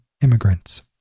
immigrants